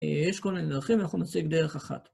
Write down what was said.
יש כל מיני דרכים ואנחנו נסיק דרך אחת